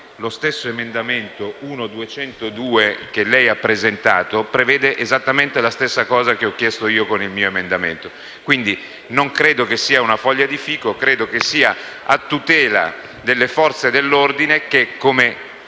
lo stesso emendamento 1.202, che lei ha presentato, prevede esattamente la stessa cosa che ho chiesto io con il mio. Quindi, non credo sia una foglia di fico, ma ritengo vada a tutela delle Forze dell'ordine, che - come